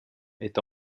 est